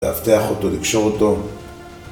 לאבטח אותו, לקשור אותו